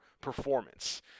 performance